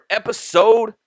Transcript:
episode